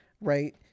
right